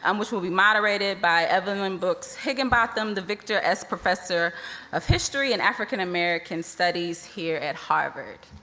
um which will be moderated by evelyn books higginbotham, the victor s. professor of history and african-american studies here at harvard.